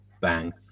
bang